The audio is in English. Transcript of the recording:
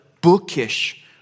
bookish